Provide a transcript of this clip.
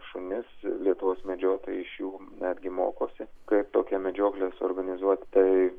šunis lietuvos medžiotojai iš jų netgi mokosi kaip tokią medžioklę suorganizuoti tai